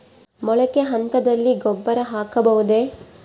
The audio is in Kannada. ಮೊಳಕೆ ಹಂತದಲ್ಲಿ ಗೊಬ್ಬರ ಹಾಕಬಹುದೇ?